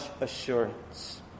assurance